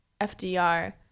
FDR